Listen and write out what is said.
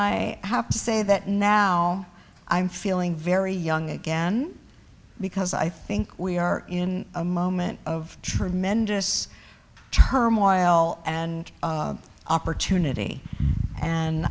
i have to say that now i'm feeling very young again because i think we are in a moment of tremendous turmoil and opportunity and